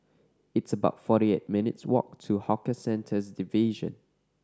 it's about forty eight minutes' walk to Hawker Centres Division